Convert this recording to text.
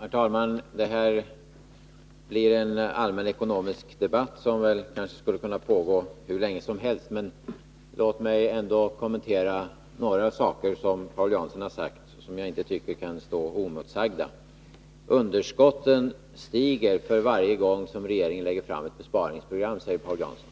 Herr talman! Det här blir en allmän ekonomisk debatt som nog skulle kunna pågå hur länge som helst. Men låt mig ändå kommentera några saker som Paul Jansson har sagt som jag inte tycker kan stå oemotsagda. Underskotten stiger för varje gång som regeringen lägger fram besparingsprogram, säger Paul Jansson.